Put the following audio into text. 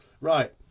Right